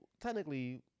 technically